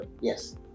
Yes